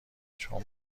چون